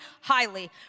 highly